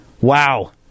Wow